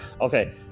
Okay